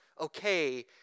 okay